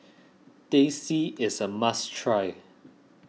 Teh C is a must try